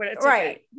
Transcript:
right